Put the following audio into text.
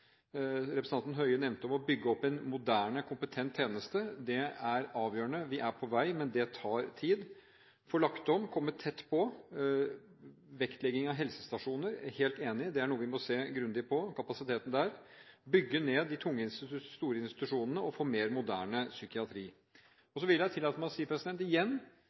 Representanten Høie nevnte det å bygge opp en moderne, kompetent tjeneste, og det er avgjørende. Vi er på vei, men det tar tid å få lagt om og komme tett på. Når det gjelder vektlegging av helsestasjoner, er jeg helt enig, det er noe vi må se grundig på, bl.a. kapasiteten der. Vi må bygge ned de tunge, store institusjonene og få mer moderne psykiatri. Så vil jeg igjen tillate meg å si